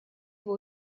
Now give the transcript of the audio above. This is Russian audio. его